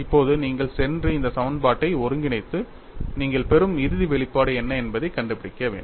இப்போது நீங்கள் சென்று இந்த சமன்பாட்டை ஒருங்கிணைத்து நீங்கள் பெறும் இறுதி வெளிப்பாடு என்ன என்பதைக் கண்டுபிடிக்க வேண்டும்